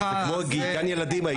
זה כמו גן ילדים האיש הזה שיושב לידך.